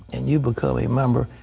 and you become a member.